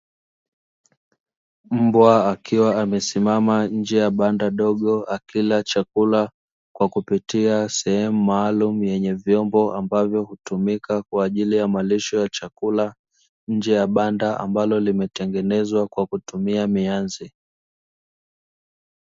Mbwa akiwa amesimama nje ya banda dogo akila chakula, kwa kupitia sehemu maalumu yenye vyombo ambavyo hutumika kwa ajili ya malisho ya chakula nje ya banda ambalo limetengenezwa kwa kutumia mianzi.